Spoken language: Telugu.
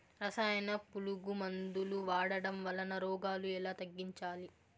రసాయన పులుగు మందులు వాడడం వలన రోగాలు ఎలా తగ్గించాలి?